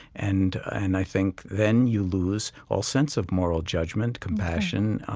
and and i think then you lose all sense of moral judgment, compassion,